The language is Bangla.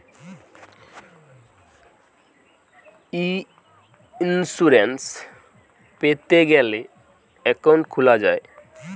ইইন্সুরেন্স পেতে গ্যালে একউন্ট খুলা যায়